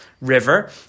River